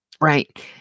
Right